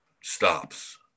stops